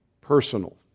personal